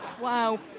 Wow